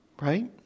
Right